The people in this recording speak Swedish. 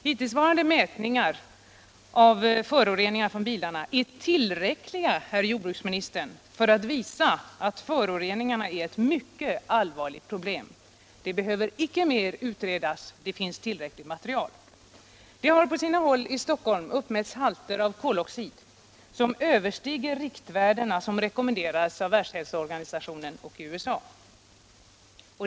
Hittillsvarande mätningar av föroreningarna från bilar är tillräckliga, herr jordbruksminister, för att visa att föroreningarna är ett mycket allvarligt problem. De behöver inte utredas mer. Det finns tillräckligt med material. På sina håll i Stockholm har uppmätts halter av koloxid som överstiger de riktvärden som rekommenderas av Världshälsoorganisationen och USA.